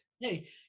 Hey